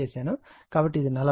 కాబట్టి ఇది 40